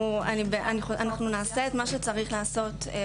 אנחנו נעשה את מה שצריך לעשות.